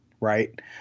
right